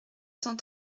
cent